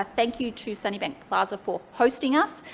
ah thank you to sunnybank plaza for hosting us.